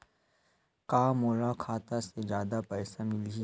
का मोला खाता से जादा पईसा मिलही?